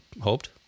hoped